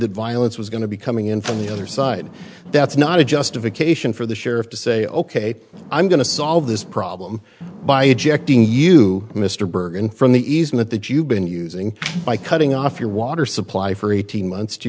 that violence was going to be coming in from the other side that's not a justification for the sheriff to say ok i'm going to solve this problem by ejecting you mr bergen from the easement that you've been using by cutting off your water supply for eighteen months to